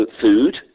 food